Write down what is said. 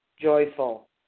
joyful